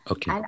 Okay